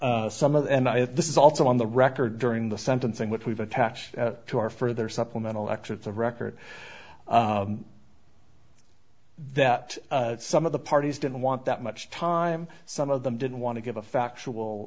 that some of and i this is also on the record during the sentencing which we've attached to our further supplemental excerpts of record that some of the parties didn't want that much time some of them didn't want to give a factual